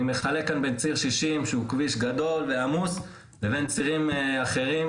אני מחלק כאן בין ציר שישים שהוא כביש גדול ועמוס לבין צירים אחרים,